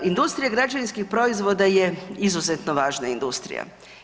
Industrija građevinskih proizvoda je izuzetno važna industrija.